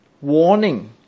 warning